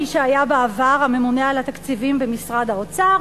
מי שהיה בעבר הממונה על התקציבים במשרד האוצר.